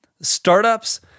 startups